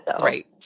Right